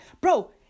Bro